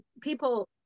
people